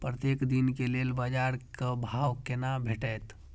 प्रत्येक दिन के लेल बाजार क भाव केना भेटैत?